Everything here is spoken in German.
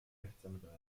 rechtsanwalt